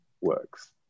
works